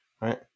Right